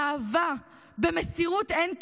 באהבה, במסירות אין קץ.